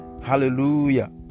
hallelujah